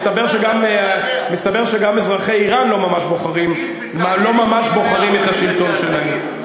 מסתבר שגם אזרחי איראן כבר לא ממש בוחרים את השלטון שלהם.